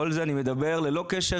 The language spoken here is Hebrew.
כל זה אני מדבר ללא קשר,